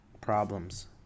problems